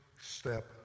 step